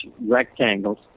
rectangles